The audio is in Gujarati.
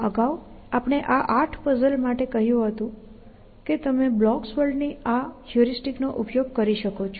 અગાઉ આપણે આ 8 પઝલ માટે કહ્યું હતું કે તમે બ્લોક્સ વર્લ્ડ ની આ હ્યુરિસ્ટિક નો ઉપયોગ કરી શકો છો